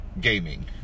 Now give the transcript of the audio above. gaming